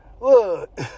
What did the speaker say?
look